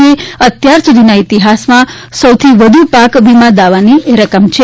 જે અત્યારસુધીના ઇતિહાસમાં સૌથી વધુ પાક વીમા દાવાઓની રકમ છે